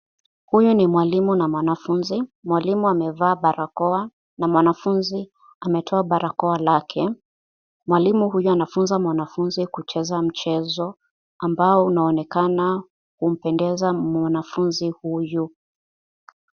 Huyu ni mwalimu na mwanafunzi, mwalimu amevaa barakoa, na mwanafunzi ametoa barakoa lake. Mwalimu anafunza mwanafunzi kucheza mchezo, ambao unaonekana unapendeza mwanafunzi huyu.